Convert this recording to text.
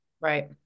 right